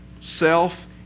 Self-